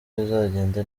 bizagenda